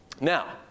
Now